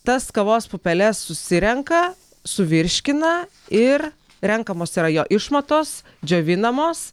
tas kavos pupeles susirenka suvirškina ir renkamos yra jo išmatos džiovinamos